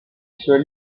soit